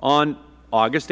on august